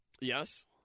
Yes